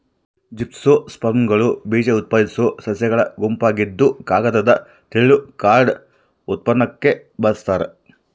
ಜಿಮ್ನೋಸ್ಪರ್ಮ್ಗಳು ಬೀಜಉತ್ಪಾದಿಸೋ ಸಸ್ಯಗಳ ಗುಂಪಾಗಿದ್ದುಕಾಗದದ ತಿರುಳು ಕಾರ್ಡ್ ಉತ್ಪನ್ನಕ್ಕೆ ಬಳಸ್ತಾರ